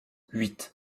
huit